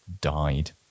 died